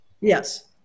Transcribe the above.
Yes